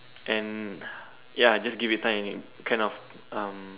and ya I just give it time only kind of um